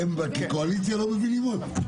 אתם כקואליציה לא מבינים עוד?